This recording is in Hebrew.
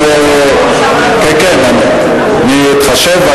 כן, כן, אני מתחשב.